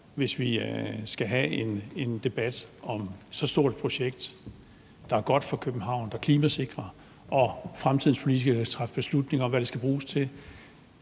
hvis vi skal have en debat om så stort et projekt, der er godt for København, der klimasikrer byen, og som fremtidens politikere kan træffe beslutning om hvad skal bruges til,